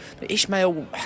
Ishmael